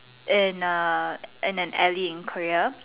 in err in an alley in Korea